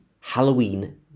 Halloween